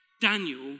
Daniel